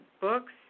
books